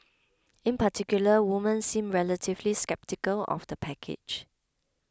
in particular women seemed relatively sceptical of the package